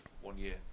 one-year